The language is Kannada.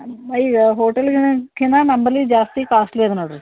ಅಯ್ಯೋ ಹೋಟಲ್ಗಿಕ್ಕಿನ ನಮ್ಮಲ್ಲಿ ಜಾಸ್ತಿ ಕಾಸ್ಟ್ಲಿ ಅದೆ ನೋಡಿರಿ